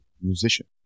musician